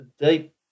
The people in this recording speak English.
deep